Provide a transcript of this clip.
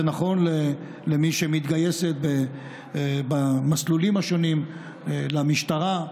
זה נכון למי שמתגייסת במסלולים השונים למשטרה,